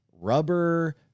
rubber